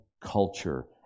culture